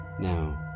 Now